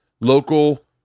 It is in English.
local